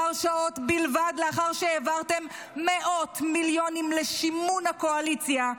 כמה שעות בלבד לאחר שהעברתם מאות מיליונים לשימון הקואליציה,